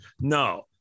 No